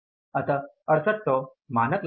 इसलिए 6800 मानक लागत था